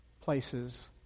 places